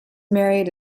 married